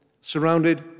surrounded